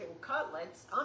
cutlets